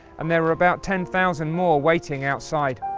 and there were about ten thousand more waiting outside.